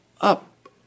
up